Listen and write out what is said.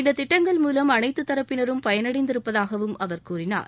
இந்த திட்டங்கள் மூலம் அனைத்துத் தரப்பினரும் பயனடைந்திருப்பதாகவும் அவர் கூறினார்